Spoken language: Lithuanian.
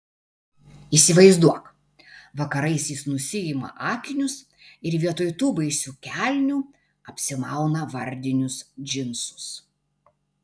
įsivaizduok vakarais jis nusiima akinius ir vietoj tų baisių kelnių apsimauna vardinius džinsus